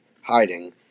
hiding